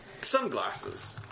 sunglasses